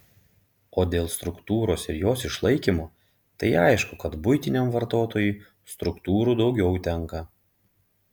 o dėl struktūros ir jos išlaikymo tai aišku kad buitiniam vartotojui struktūrų daugiau tenka